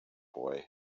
boy